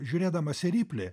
žiūrėdamas riplį